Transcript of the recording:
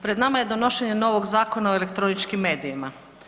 Pred nama je donošenje novog Zakona o elektroničkim medijima.